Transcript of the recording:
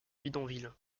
bidonvilles